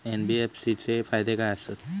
NBFC चे फायदे खाय आसत?